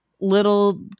little